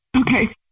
Okay